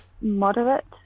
moderate